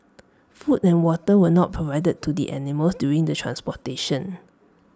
food and water were not provided to the animals during the transportation